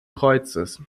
kreuzes